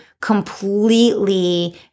completely